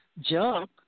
junk